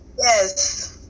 Yes